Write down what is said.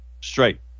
straight